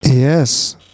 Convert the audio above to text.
Yes